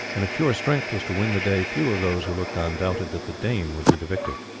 and if pure strength was to win the day few of those who looked on doubted that the dane would be the victor.